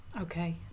Okay